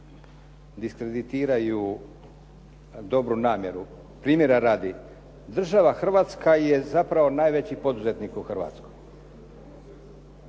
diskreditiraju dobru namjeru. Primjera radi, država Hrvatska je zapravo najveći poduzetnik u Hrvatskoj.